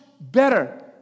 better